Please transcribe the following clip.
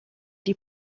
die